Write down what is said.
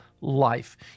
life